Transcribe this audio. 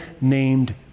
named